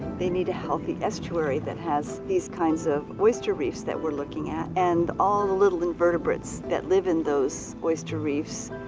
they need a healthy estuary that has these kinds of oyster reefs that we're looking at, and all the little invertebrates that live in those oyster reefs.